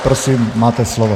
Prosím, máte slovo.